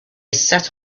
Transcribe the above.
set